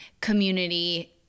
community